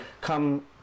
Come